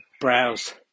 browse